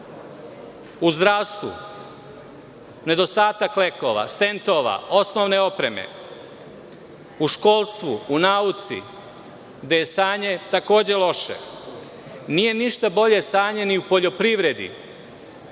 U zdravstvu, nedostatak lekova, stentova, osnovne opreme. U školstvu, u nauci, gde je stanje takođe loše. Nije ništa bolje stanje ni u poljoprivredi.